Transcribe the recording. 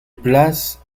places